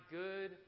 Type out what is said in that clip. good